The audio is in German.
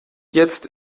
jetzt